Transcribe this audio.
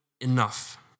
enough